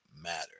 matter